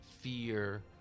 fear